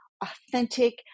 authentic